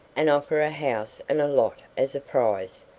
and offer a house and lot as a prize.